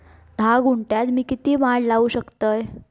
धा गुंठयात मी किती माड लावू शकतय?